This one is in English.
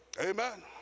Amen